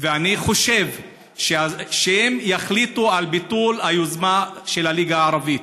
וחושב שהם יחליטו על ביטול היוזמה של הליגה המערבית.